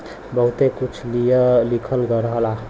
बहुते कुछ लिखल रहला